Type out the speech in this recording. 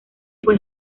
fue